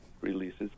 releases